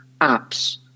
apps